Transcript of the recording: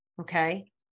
okay